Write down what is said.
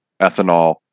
ethanol